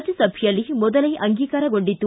ರಾಜ್ಯಸಭೆಯಲ್ಲಿ ಮೊದಲೇ ಅಂಗೀಕಾರಗೊಂಡಿತ್ತು